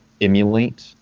emulate